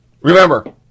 Remember